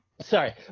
Sorry